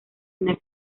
una